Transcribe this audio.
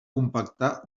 compactar